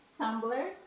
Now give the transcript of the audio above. Tumblr